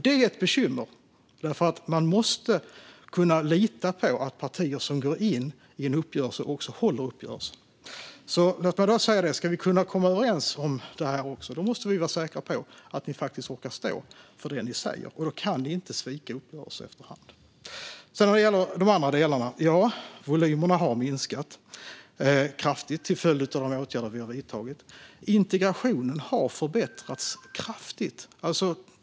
Det är ett bekymmer för man måste kunna lita på att partier som går in i en uppgörelse också håller den. Om vi ska kunna komma överens om detta måste vi vara säkra på de orkar stå för det de säger. Då kan de inte svika uppgörelser efter hand. Vad gäller de andra delarna har exempelvis volymerna kraftigt minskat till följd av de åtgärder som vi har vidtagit. Integrationen har kraftigt förbättrats.